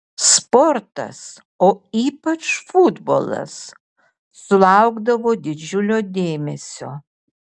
sportas o ypač futbolas sulaukdavo didžiulio dėmesio